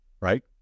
right